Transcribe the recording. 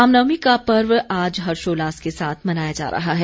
रामनवमी का पर्व आज हर्षोल्लास के साथ मनाया जा रहा है